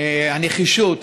הנחישות.